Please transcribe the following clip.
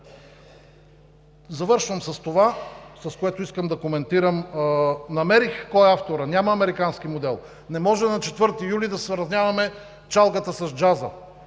Завършвам с това, което исках да коментирам. Намерих кой е авторът. Няма американски модел. Не може на 4 юли да сравняваме чалгата с джаза.